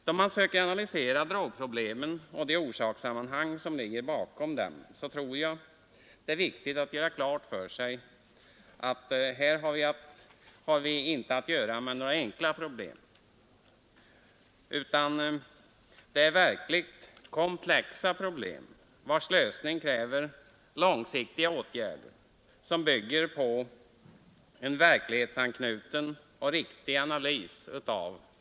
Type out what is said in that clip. Då man försöker analysera drogproblemen och de orsakssammanhang som ligger bakom dem tror jag det är viktigt att göra klart för sig, att här möter vi inte några enkla problem utan verkligt komplexa problem, vilkas lösning kräver långsiktiga åtgärder som bygger på en verklighetsanknuten och riktig analys.